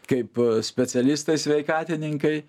kaip specialistai sveikatininkai